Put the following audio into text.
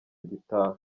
gitaha